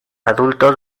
adultos